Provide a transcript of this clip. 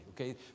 okay